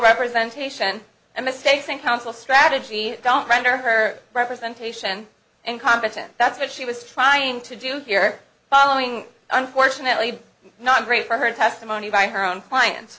representation and mistakes in counsel strategy don't render her representation incompetent that's what she was trying to do here following unfortunately not great for her testimony by her own clients